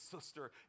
sister